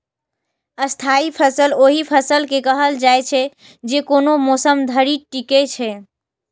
स्थायी फसल ओहि फसल के कहल जाइ छै, जे कोनो मौसम धरि टिकै छै